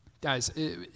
Guys